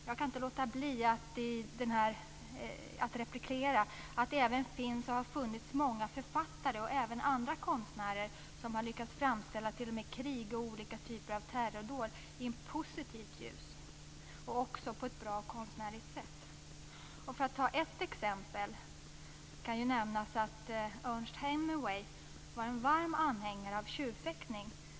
Jag kan inte låta bli att replikera att det även finns och har funnits många författare och även andra konstnärer som har lyckats framställa t.o.m. krig och olika typer av terrordåd i ett positivt ljus, och även på ett bra konstnärligt sätt. För att ta ett exempel var Ernest Hemingway en varm anhängare av tjurfäktning.